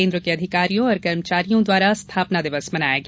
केन्द्र के अधिकारियों और कर्मचारियों द्वारा स्थापना दिवस मनाया गया